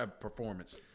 performance